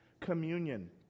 communion